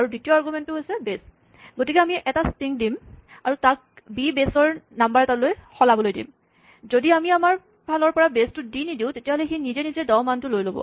আৰু দ্বিতীয় আৰগুমেন্টটো বেচ গতিকে আমি এটা ষ্ট্ৰিং দিম আৰু তাক বি বেচৰ নাম্বাৰ এটালৈ সলাবলৈ দিম যদি আমি আমাৰ ফালৰ পৰা বেচটো দি নিদিওঁ তেতিয়াহ'লে সি নিজে নিজে ১০ মানটো লৈ ল'ব